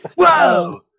Whoa